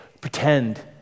pretend